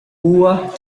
buah